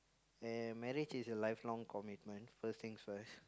and marriage is a life long commitment first things first